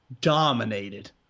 dominated